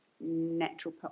natural